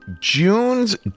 June's